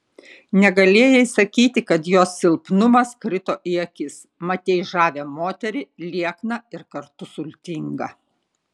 negalėjai sakyti kad jos silpnumas krito į akis matei žavią moterį liekną ir kartu sultingą